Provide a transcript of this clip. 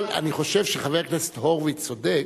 אבל אני חושב שחבר הכנסת הורוביץ צודק.